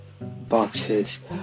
boxes